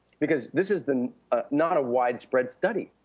because this has been not a widespread study.